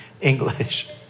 English